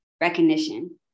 recognition